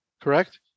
correct